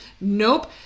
Nope